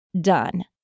done